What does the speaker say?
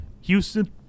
Houston